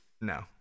No